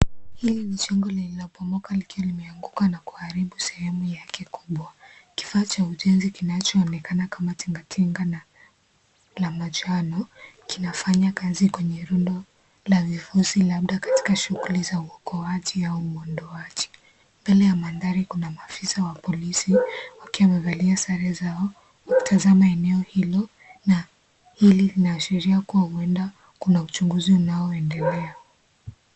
Hili ni jengo lililobomoka likiwa limeanguka na kuharibu sehemu yake kubwa. Kifaa cha ujenzi kinachoonekana kama tingatinga la manjano kinafanya kazi kwenye rundo la vifusi labda katika shughuli za uokoaji au uondoaji. Mbele ya mandhari kuna maafisa wa polisi wakiwa wamevalia sare zao wakitazama eneo hilo na hili linaashiria kwamba huenda kuna uchunguzi unaoendelea.